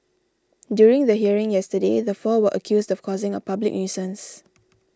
during the hearing yesterday the four were accused of causing a public nuisance